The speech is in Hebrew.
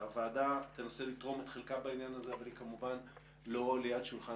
הוועדה תנסה לתרום את חלקה אבל היא לא ליד שולחן